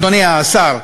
אדוני השר,